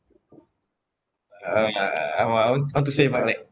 uh uh I want I want to say but like